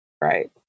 Right